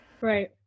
Right